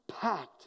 Packed